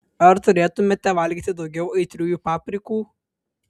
ar turėtumėte valgyti daugiau aitriųjų paprikų